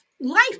life